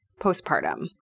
postpartum